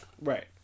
Right